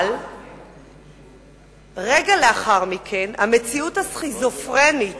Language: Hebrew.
אבל רגע לאחר מכן המציאות הסכיזופרנית